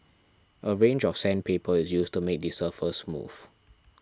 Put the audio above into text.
a range of sandpaper is used to make the surface smooth